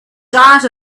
diet